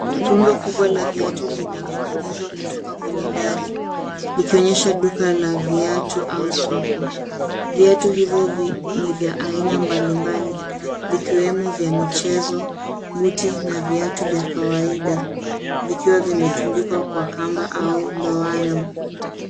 Rundo kubwa la viatu limening'inizwa kutoka kwenye dari likionyesha duka la viatu au soko. Viatu hivyo ni vya aina mbalimbali vikiwemo vya michezo, buti na viatu vya kawaida vikiwa vimetundikwa kwa kamba au ndoano.